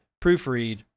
proofread